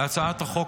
להצעת החוק,